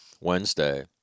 Wednesday